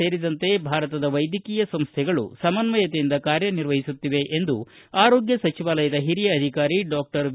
ಸೇರಿದಂತೆ ಭಾರತದ ವೈದ್ಯಕೀಯ ಸಂಸ್ವೆಗಳು ಸಮನ್ವಯತೆಯಿಂದ ಕಾರ್ಯನಿರ್ವಹಿಸುತ್ತಿವೆ ಎಂದು ಆರೋಗ್ಯ ಸಚಿವಾಲಯದ ಹಿರಿಯ ಅಧಿಕಾರಿ ಡಾಕ್ಟರ್ ವಿ